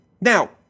Now